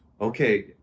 okay